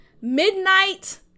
midnight